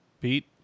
Pete